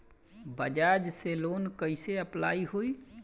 बजाज से लोन कईसे अप्लाई होई?